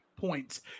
points